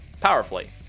powerfully